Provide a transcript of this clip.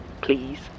Please